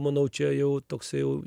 manau čia jau toksai jau